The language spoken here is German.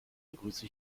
begrüße